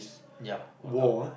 ya welcome